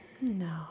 No